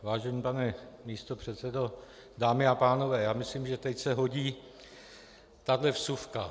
Vážený pane místopředsedo, dámy a pánové, já myslím, že teď se hodí tahle vsuvka.